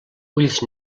ulls